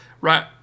right